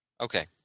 Okay